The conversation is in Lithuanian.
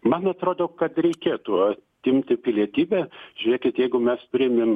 man atrodo kad reikėtų atimti pilietybę žiūrėkit jeigu mes priėmėm